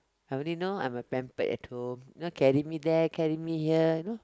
I only know I'm a pampered at home know carry me there carry me here you know